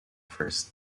first